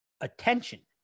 attention